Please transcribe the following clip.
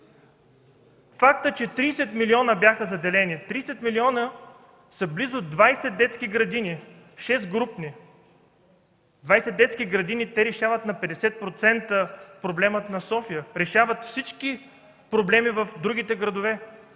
Фактът, че 30 милиона бяха заделени – 30 милиона са близо 20 детски градини, с по 6 групи. Двадесет детски градини решават на 50% проблема на София, решават всички проблеми в другите градове.